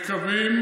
אחרי הבחירות.